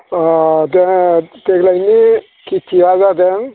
अ दे देग्लायनि खेतिया जादों